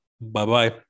Bye-bye